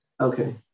Okay